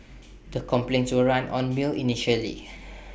the complaints were run on mill initially